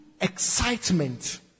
excitement